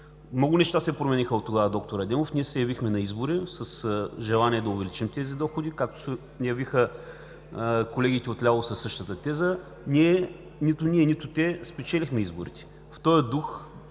Много неща се промениха оттогава, д-р Адемов. Ние се явихме на избори с желание да увеличим тези доходи, както се явиха колегите отляво със същата теза. Нито ние, нито те спечелихме изборите. В този дух